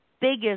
biggest